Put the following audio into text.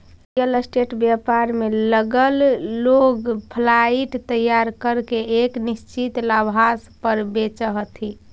real estate व्यापार में लगल लोग फ्लाइट तैयार करके एक निश्चित लाभांश पर बेचऽ हथी